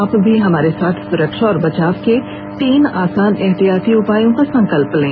आप भी हमारे साथ स्रक्षा और बचाव के तीन आसान एहतियाती उपायों का संकल्प लें